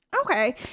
Okay